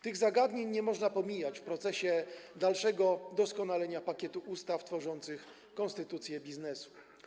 Tych zagadnień nie można pomijać w procesie dalszego doskonalenia pakietu ustaw tworzących konstytucję biznesu.